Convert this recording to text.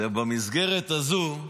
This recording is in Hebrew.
שבמסגרת הזו,